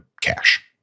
cash